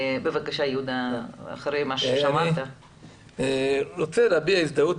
אני רוצה להביע הזדהות,